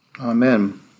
Amen